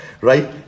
right